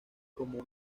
como